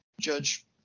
judge